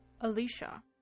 Alicia